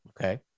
okay